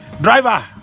driver